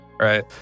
Right